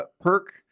perk